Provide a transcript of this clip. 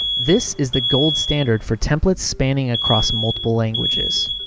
this is the gold standard for templates spanning across multiple languages.